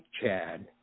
Chad